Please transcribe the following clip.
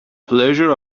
pleasure